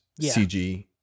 CG